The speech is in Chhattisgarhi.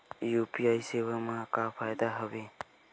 यू.पी.आई सेवा मा का फ़ायदा हवे?